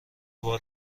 بار